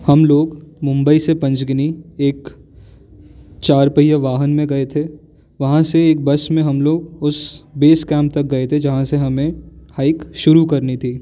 हम लोग मुंबई से पँचगिनी एक चार पहिए वाहन में गए थे वहाँ से एक बस में हम लोग उस बेस कैम्प तक गए थे जहाँ से हमें हाइक शुरू करनी थी